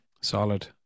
solid